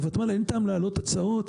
לותמ"ל אין טעם להעלות הצעות,